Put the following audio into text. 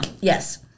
Yes